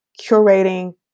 Curating